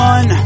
One